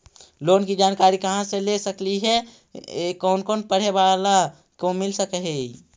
Loan की जानकारी कहा से ले सकली ही, कोन लोन पढ़े बाला को मिल सके ही?